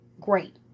great